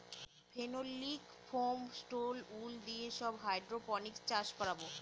phenolic foam, stone wool দিয়ে সব hydroponics চাষ করাবো